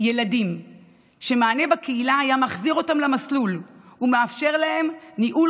ילדים שמענה בקהילה היה מחזיר אותם למסלול ומאפשר להם ניהול